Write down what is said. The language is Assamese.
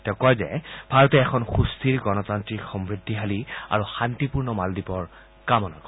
তেওঁ কয় যে ভাৰতে এখন সুস্থিৰ গণতান্ত্ৰিক সমৃদ্ধিশালী আৰু শান্তিপূৰ্ণ মালদ্বীপৰ কামনা কৰে